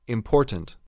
Important